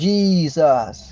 Jesus